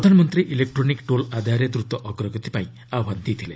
ପ୍ରଧାନମନ୍ତ୍ରୀ electronic toll ଆଦାୟରେ ଦ୍ରତ ଅଗ୍ରଗତିପାଇଁ ଆହ୍ୱାନ ଦେଇଥିଲେ